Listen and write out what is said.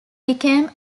became